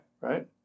right